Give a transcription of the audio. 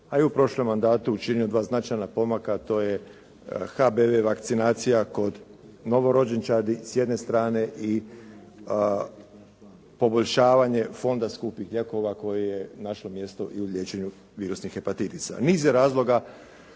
a i u prošlom mandatu je učinio dva značajna pomaka a to je HBV vakcinacija kod novorođenčadi s jedne strane i poboljšavanje fonda skupih lijekova koje je našlo mjesto i u liječenju virusnih hepatitisa.